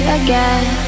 again